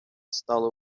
стали